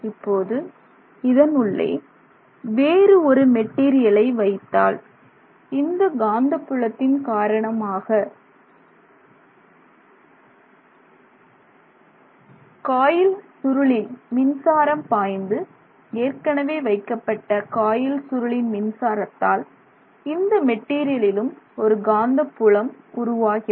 இப்போது இதனுள்ளே வேறு ஒரு மெட்டீரியலை வைத்தால் இந்த காந்தப்புலத்தின் காரணமாக காயில் சுருளில் மின்சாரம் பாய்ந்து ஏற்கனவே வைக்கப்பட்ட காயில் சுருளின் மின்சாரத்தால் இந்த மெட்டீரியலிலும் ஒரு காந்தப்புலம் உருவாகிறது